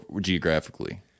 geographically